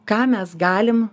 ką mes galim